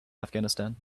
afghanistan